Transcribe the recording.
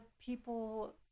people